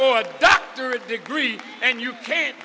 only doctorate degree and you can't